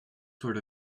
sort